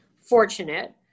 fortunate